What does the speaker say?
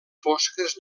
fosques